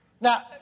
Now